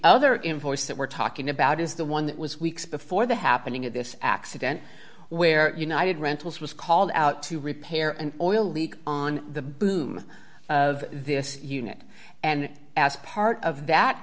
other invoice that we're talking about is the one that was weeks before the happening at this accident where united rentals was called out to repair and oil leak on the boom of this unit and asked part of that